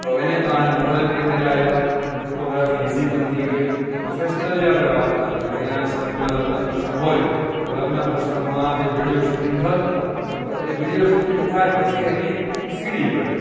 તો એને કારણે મોબાઈલ કેમેરા આવ્યો ફોટોગ્રાફી ઈઝી બનતી ગઈ પ્રોફિશનલી આપણે વાત કરી કે પહેલાના સમયમાં લગ્ન પ્રસંગ હોય તો લગ્ન પ્રસંગમાં જે વિડીયો શૂટિંગ થતું તો એ વિડીયો શૂટિંગ થાય પછી એની એક સીડી બને